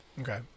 Okay